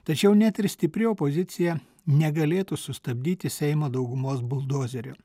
tačiau net ir stipri opozicija negalėtų sustabdyti seimo daugumos buldozerio